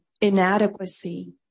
inadequacy